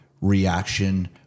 reaction